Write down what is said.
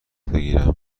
بگیرم